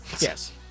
yes